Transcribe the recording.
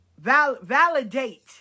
validate